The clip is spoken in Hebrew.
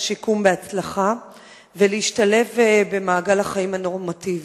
השיקום בהצלחה ולהשתלב במעגל החיים הנורמטיבי.